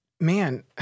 man